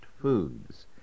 foods